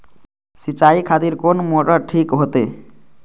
सीचाई खातिर कोन मोटर ठीक होते?